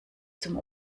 zum